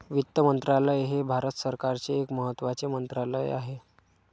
वित्त मंत्रालय हे भारत सरकारचे एक महत्त्वाचे मंत्रालय आहे